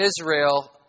Israel